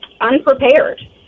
unprepared